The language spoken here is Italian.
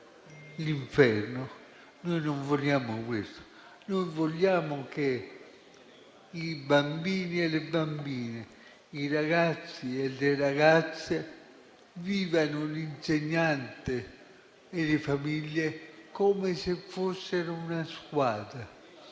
l'inferno. Noi non vogliamo questo, ma vogliamo che i bambini e le bambine, i ragazzi e le ragazze vivano l'insegnante e le famiglie come se fossero una squadra,